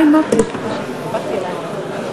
ההצבעה על הסתייגות 158 לסעיף 58: